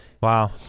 Wow